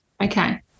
Okay